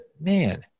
man